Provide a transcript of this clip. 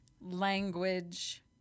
language